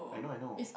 I know I know